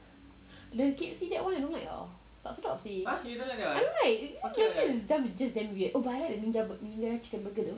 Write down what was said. the kids see that [one] they don't like tak sedap seh I don't like it's just damn weird oh but I like the ninja chicken burger though